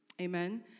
Amen